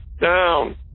down